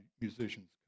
musicians